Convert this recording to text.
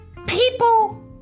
People